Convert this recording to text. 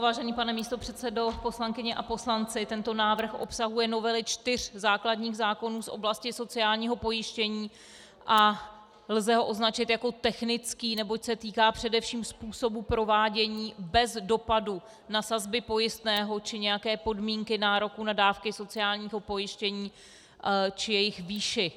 Vážený pane místopředsedo, poslankyně a poslanci, tento návrh obsahuje novely čtyř základních zákonů z oblasti sociálního pojištění a lze ho označit jako technický, neboť se týká především způsobu provádění bez dopadu na sazby pojistného či nějaké podmínky nároku na dávky sociálního pojištění či jejich výši.